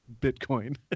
Bitcoin